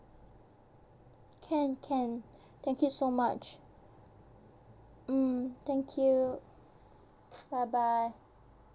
can can thank you so much mm thank you bye bye